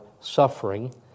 suffering